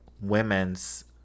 women's